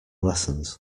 lessons